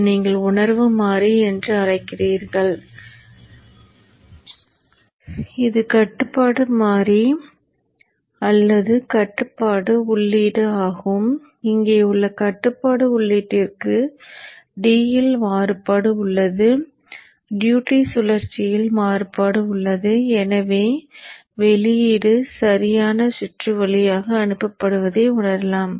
இதை நீங்கள் உணர்வு மாறி என்று அழைக்கிறீர்கள் இது கட்டுப்பாட்டு மாறி அல்லது கட்டுப்பாட்டு உள்ளீடு ஆகும் இங்கே உள்ள கட்டுப்பாட்டு உள்ளீட்டிற்கு D இல் மாறுபாடு உள்ளது டியூட்டி சுழற்சியில் மாறுபாடு உள்ளது எனவே வெளியீடு சரியான சுற்று வழியாக அனுப்பப்படுவதை உணரலாம்